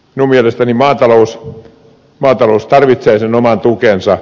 minun mielestäni maatalous tarvitsee sen oman tukensa